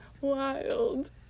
wild